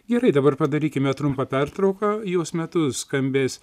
gerai dabar padarykime trumpą pertrauką jos metu skambės